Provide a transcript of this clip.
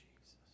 Jesus